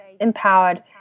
empowered